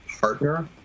partner